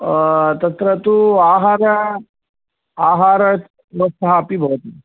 तत्र तु आहार आहारव्यवस्था अपि भवति